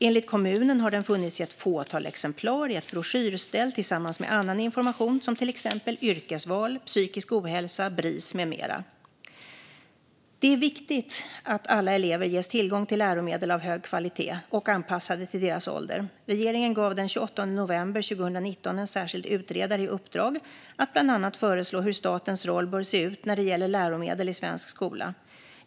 Enligt kommunen har den funnits i ett fåtal exemplar i ett broschyrställ tillsammans med annan information om till exempel yrkesval, psykisk ohälsa, Bris med mera. Det är viktigt att alla elever ges tillgång till läromedel av hög kvalitet som är anpassade till deras ålder. Regeringen gav den 28 november 2019 en särskild utredare i uppdrag att bland annat föreslå hur statens roll bör se ut när det gäller läromedel i svensk skola.